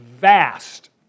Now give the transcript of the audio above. vast